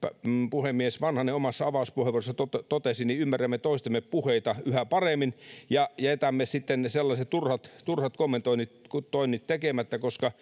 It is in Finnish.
puhemies vanhanen omassa avauspuheenvuorossaan totesi että ymmärrämme toistemme puheita yhä paremmin ja jätämme sitten sellaiset turhat turhat kommentoinnit kommentoinnit tekemättä koska